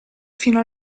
fino